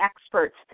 experts